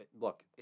Look